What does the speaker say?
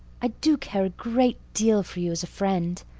i do care a great deal for you as a friend.